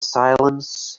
silence